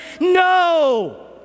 no